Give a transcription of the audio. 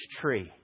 tree